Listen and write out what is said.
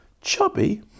chubby